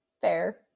Fair